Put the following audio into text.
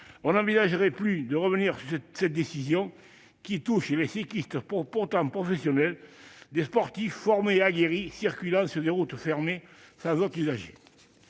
on n'envisagerait plus de revenir sur cette décision, qui concerne des cyclistes pourtant professionnels, des sportifs formés et aguerris circulant sur des routes fermées sans autres usagers.